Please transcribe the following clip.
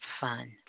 fun